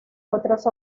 otros